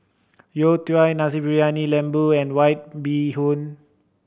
youtiao Nasi Briyani Lembu and White Bee Hoon